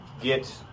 get